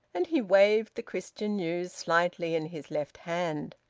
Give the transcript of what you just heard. and he waved the christian news slightly in his left hand.